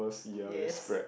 yes